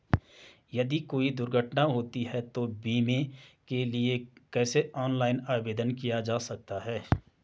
यदि कोई दुर्घटना होती है तो बीमे के लिए कैसे ऑनलाइन आवेदन किया जा सकता है?